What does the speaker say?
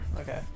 okay